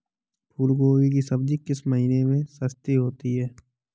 फूल गोभी की सब्जी किस महीने में सस्ती होती है?